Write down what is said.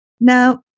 Now